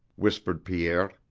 whispered pierre.